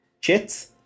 Chits